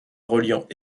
reliant